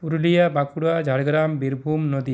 Purulia Bankura Jhargram Birbhum Nadia